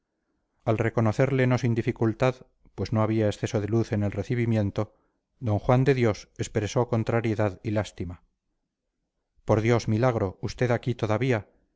al reconocerle no sin dificultad pues no había exceso de luz en el recibimiento d juan de dios expresó contrariedad y lástima por dios milagro usted aquí todavía